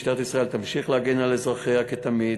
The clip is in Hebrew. משטרת ישראל תמשיך להגן על אזרחיה כתמיד,